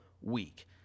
week